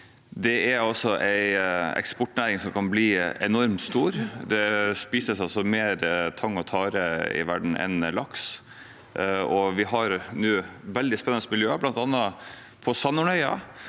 Det er en eksportnæring som kan bli enormt stor. Det spises faktisk mer tang og tare i verden enn laks. Vi har noen veldig spennende miljøer, bl.a. på Sandhornøy,